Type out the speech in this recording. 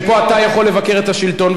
שפה אתה יכול לבקר את השלטון,